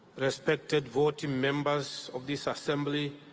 respected voting members of this assembly,